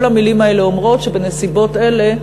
כל המילים האלה אומרות שבנסיבות אלה,